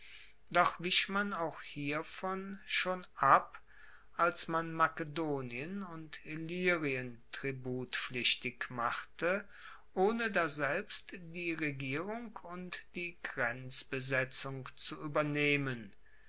doch wich man auch hiervon schon ab als man makedonien und illyrien tributpflichtig machte ohne daselbst die regierung und die grenzbesetzung zu uebernehmen